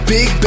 Big